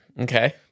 Okay